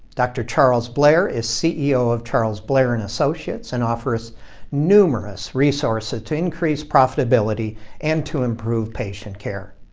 dr. charles blair is ceo of charles blair and associates and offers numerous resources to increase profitability and to improve patient care.